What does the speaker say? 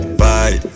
bye